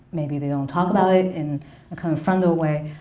maybe they don't talk about it in a kind of frontal way,